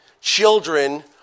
Children